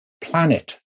planet